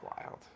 wild